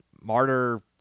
martyr